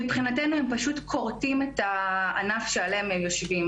מבחינתנו הם פשוט כורתים את הענף שעליו הם יושבים.